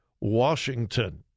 Washington